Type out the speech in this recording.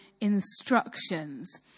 instructions